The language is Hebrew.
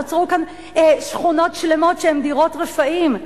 נוצרו כאן שכונות שלמות שהן דירות רפאים.